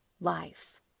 life